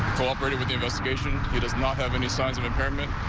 property with the investigation does not have any signs of impairment.